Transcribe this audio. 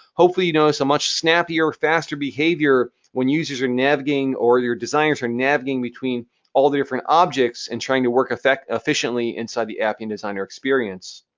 hopefully, you notice a much snappier, faster behavior when users are navigating or your designers are navigating between all the different objects and trying to work efficiently inside the appian designer experience.